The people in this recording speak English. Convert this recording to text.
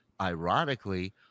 ironically